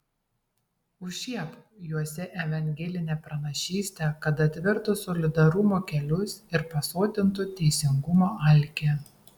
užžiebk juose evangelinę pranašystę kad atvertų solidarumo kelius ir pasotintų teisingumo alkį